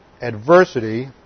adversity